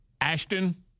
Ashton